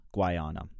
Guyana